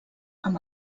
amb